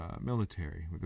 military